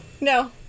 No